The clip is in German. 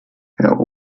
herr